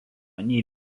nei